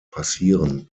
passieren